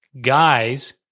guys